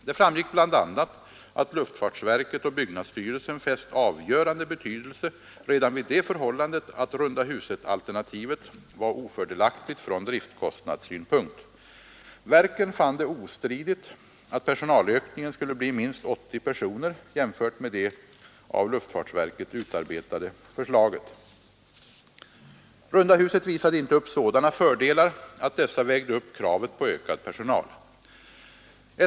Det framgick bl.a. att luftfartsverket och byggnadsstyrelsen fäst avgörande betydelse redan vid det förhållandet att rundahusalternativet var ofördelaktigt från driftkostnadssynpunkt. Verken fann det ”ostridigt” att personalökningen skulle bli minst 80 personer jämfört med det av luftfartsverket utarbetade förslaget. Runda huset visade inte upp sådana fördelar att dessa vägde upp kravet på ökad personal.